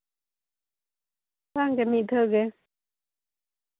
ᱵᱟᱝ ᱜᱮ ᱢᱤᱫ ᱫᱷᱟᱣ ᱜᱮ